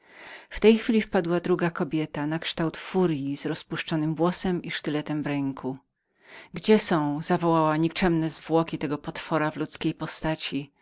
w tej chwili wpadła druga kobieta nakształt furyi z rozpuszczonym włosem i sztyletem w ręku gdzie są zawołała zwłoki tego potworu pod ludzką postacią